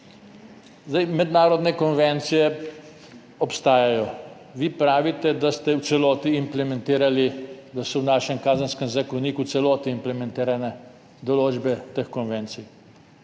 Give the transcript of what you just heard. državi. Mednarodne konvencije obstajajo. Vi pravite, da ste to v celoti implementirali, da so v našem Kazenskem zakoniku v celoti implementirane določbe teh konvencij.